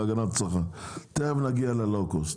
עברתי בכוונה להגנת הצרכן, ותכף נגיע ללואו-קוסט.